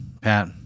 Pat